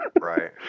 right